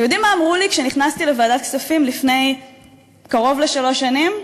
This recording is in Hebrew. אתם יודעים מה אמרו לי כשנכנסתי לוועדת הכספים לפני קרוב לשלוש שנים?